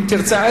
אם תרצה,